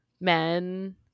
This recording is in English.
men